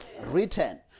written